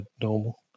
normal